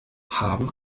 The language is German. haben